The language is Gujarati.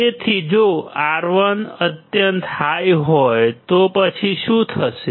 તેથી જો R1 અત્યંત હાઈ હોય તો પછી શું થશે